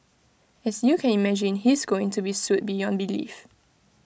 as you can imagine he's going to be sued beyond belief